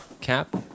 Cap